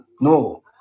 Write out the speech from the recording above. No